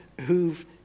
who've